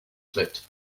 clipped